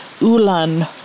Ulan